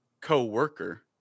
co-worker